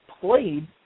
played